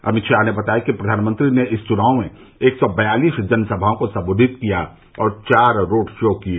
अमित शाह ने बताया कि प्रधानमंत्री ने इस चुनाव में एक सौ बयालिस जनसभाओं को संबोधित किया और चार रोड शो किए